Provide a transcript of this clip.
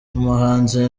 umuhanzi